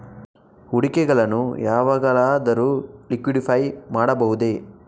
ಹೂಡಿಕೆಗಳನ್ನು ಯಾವಾಗಲಾದರೂ ಲಿಕ್ವಿಡಿಫೈ ಮಾಡಬಹುದೇ?